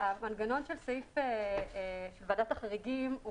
המנגנון של סעיף ועדת החריגים,